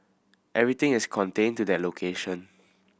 everything is contained to that location